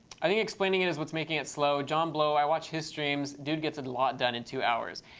i think explaining it is what's making it slow. john blow, i watch his streams, dude gets a lot done in two hours.